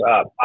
up